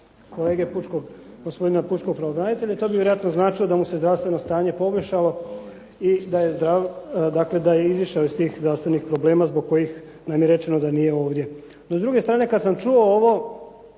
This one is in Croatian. Pučkog, gospodina Pučkog pravobranitelja. To bi vjerojatno značilo da mu se zdravstveno stanje pogoršalo i da je, dakle da je izišao iz tih zdravstvenih problema zbog kojih nam je rečeno da nije ovdje. No s druge strane kad sam čuo ovo,